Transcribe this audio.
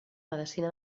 medecina